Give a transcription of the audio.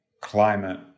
climate